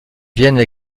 viennent